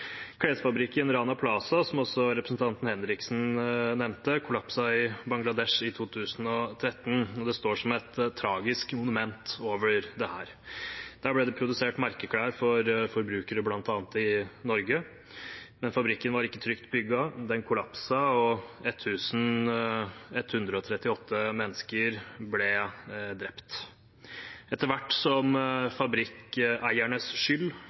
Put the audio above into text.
Klesfabrikken Rana Plaza, som også representanten Henriksen nevnte, kollapset i Bangladesh i 2013, og det står som et tragisk monument over dette. Der ble det produsert merkeklær for forbrukere i bl.a. Norge, men fabrikken var ikke trygt bygd. Den kollapset, og 1 138 mennesker ble drept. Etter hvert som fabrikkeiernes skyld